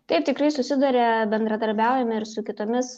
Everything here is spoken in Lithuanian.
taip tikrai susiduria bendradarbiaujame ir su kitomis